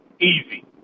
easy